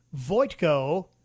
Voitko